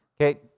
Okay